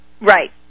Right